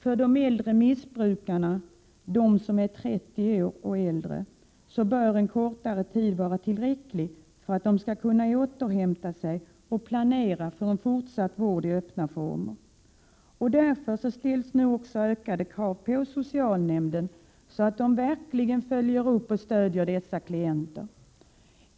För de äldre missbrukarna, för dem som är 30 år och äldre, bör en kortare tid vara tillräcklig för att de skall kunna återhämta sig och planera för fortsatt vård i öppna former. Därför ställs det också ökade krav på socialnämnderna, så att de verkligen följer upp och stödjer dessa klienter.